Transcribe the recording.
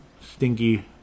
stinky